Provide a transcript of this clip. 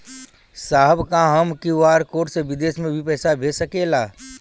साहब का हम क्यू.आर कोड से बिदेश में भी पैसा भेज सकेला?